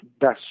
best